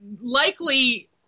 likely